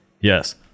Yes